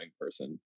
person